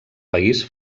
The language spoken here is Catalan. país